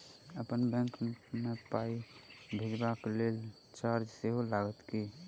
अप्पन बैंक मे पाई भेजबाक लेल चार्ज सेहो लागत की?